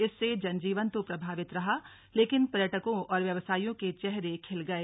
इससे जनजीवन तो प्रभावित रहा लेकिन पर्यटकों और व्यवसायियों के चेहरे खिल गए